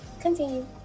continue